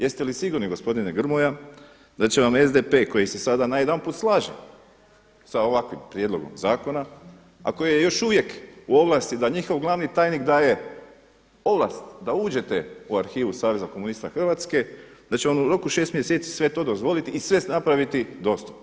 Jeste li sigurni gospodine Grmoja da će vam SDP koji se sada najedanput slaže sa ovakvim prijedlogom zakona a koji je još uvijek u ovlasti da njihov glavni tajnik daje ovlast da uđete u arhivu saveza komunista Hrvatske da će vam u roku 6 mjeseci sve to dozvoliti i sve napraviti dostupno.